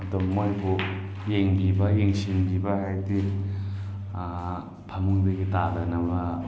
ꯑꯗꯣ ꯃꯣꯏꯕꯨ ꯌꯦꯡꯕꯤꯕ ꯌꯦꯡꯁꯤꯟꯕꯤꯕ ꯍꯥꯏꯕꯗꯤ ꯐꯃꯨꯡꯗꯒꯤ ꯇꯥꯗꯅꯕ